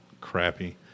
crappy